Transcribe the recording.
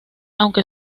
aunque